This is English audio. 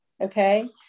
okay